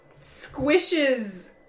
squishes